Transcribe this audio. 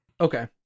Okay